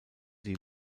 die